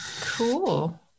Cool